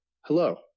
Hello